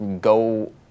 go